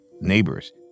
neighbors